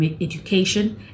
education